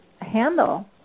handle